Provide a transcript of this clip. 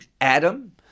Adam